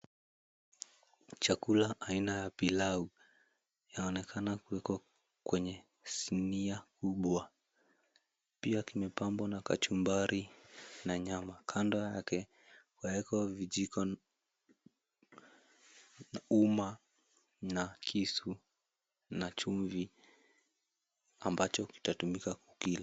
Chakula aina ya pilau inaonekana kuwekwa kwenye sinia kubwa pia kimepambwa na kachumbari na nyama, kando yake kumeekwa vijiko, uma na kisu na chumvi ambacho kitatumika kukila.